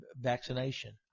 vaccination